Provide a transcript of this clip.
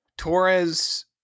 Torres